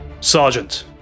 Sergeant